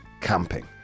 camping